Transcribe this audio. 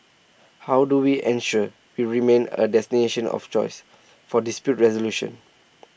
how do we ensure we remain A destination of choice for dispute resolution